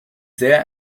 sehr